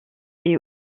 est